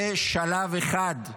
זה שלב אחד.